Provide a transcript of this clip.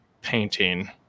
painting